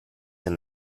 and